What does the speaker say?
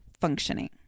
functioning